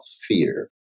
fear